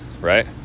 right